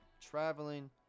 traveling